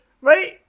right